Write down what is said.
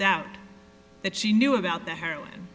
doubt that she knew about the heroin